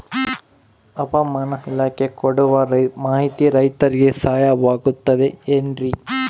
ಹವಮಾನ ಇಲಾಖೆ ಕೊಡುವ ಮಾಹಿತಿ ರೈತರಿಗೆ ಸಹಾಯವಾಗುತ್ತದೆ ಏನ್ರಿ?